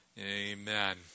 Amen